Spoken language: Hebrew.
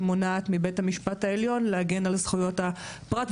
שמונעת מבית המשפט העליון להגן על זכויות הפרט,